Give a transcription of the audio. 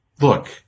look